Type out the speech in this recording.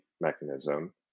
mechanism